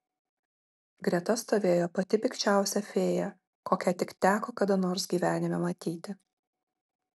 greta stovėjo pati pikčiausia fėja kokią tik teko kada nors gyvenime matyti